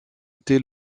été